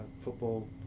football